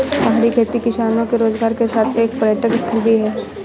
पहाड़ी खेती किसानों के रोजगार के साथ एक पर्यटक स्थल भी है